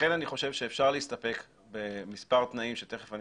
לכן אני חושב שאפשר להסתפק במספר תנאים שתכף אני